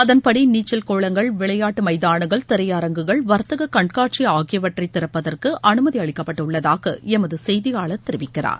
அதன்படி நீச்சல் குளங்கள் விளையாட்டு மைதானங்கள் திரையரங்குகள் வர்த்தக கண்காட்சி ஆகியவற்றை திறப்பதற்கு அனுமதி அளிக்கப்பட்டுள்ளதாக எமது செய்தியாளர் தெரிவிக்கிறார்